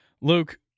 Luke